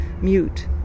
mute